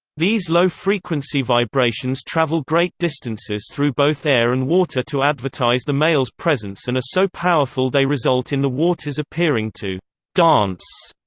these low-frequency vibrations travel great distances through both air and water to advertise the male's presence and are so powerful they result in the water's appearing to dance.